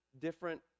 different